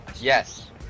Yes